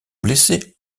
blessé